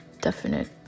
definite